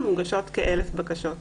מוגשות כ-1,000 בקשות.